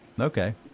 Okay